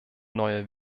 neue